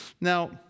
Now